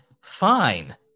fine